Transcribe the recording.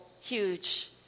huge